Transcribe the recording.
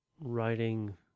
writing